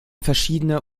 verschiedene